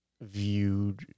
viewed